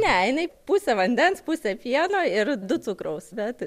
ne jinai pusę vandens pusę pieno ir du cukraus bet